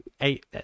eight